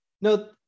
no